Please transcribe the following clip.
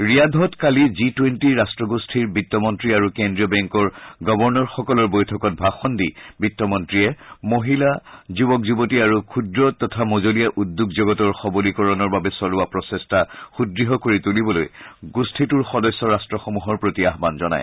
ৰিয়াধত কালি G twenty ৰাট্টগোষ্ঠীৰ বিত্তমন্ত্ৰী আৰু কেন্দ্ৰীয় বেংকৰ গৱৰ্ণৰসকলৰ বৈঠকত ভাষণ দি বিত্তমন্ত্ৰীয়ে মহিলা যুৱক যুৱতী আৰু ক্ষুদ্ৰ তথা মজলীয়া উদ্যোগ জগতৰ সবলীকৰণৰ বাবে চলোৱা প্ৰচেষ্টা সুদঢ় কৰি তুলিবলৈ গোষ্ঠীটোৰ সদস্য ৰাষ্ট্ৰসমূহৰ প্ৰতি আহবান জনায়